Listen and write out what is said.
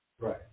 Right